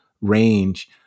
range